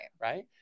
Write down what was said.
Right